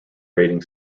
rating